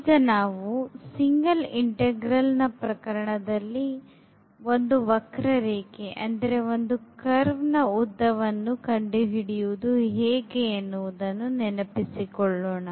ಈಗ ನಾವು single integral ನ ಪ್ರಕರಣದಲ್ಲಿ ಒಂದು ವಕ್ರರೇಖೆಯ ಉದ್ದವನ್ನು ಕಂಡುಹಿಡಿಯುವುದು ಹೇಗೆ ಎನ್ನುವುದನ್ನು ನೆನಪಿಸಿಕೊಳ್ಳೋಣ